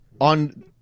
on